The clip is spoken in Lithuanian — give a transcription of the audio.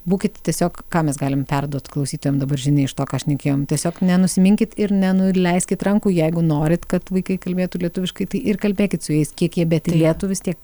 būkit tiesiog ką mes galim perduot klausytojam dabar žinią iš to ką šnekėjom tiesiog nenusiminkit ir nenuleiskit rankų jeigu norit kad vaikai kalbėtų lietuviškai tai ir kalbėkit su jais kiek jie betylėtų vis tiek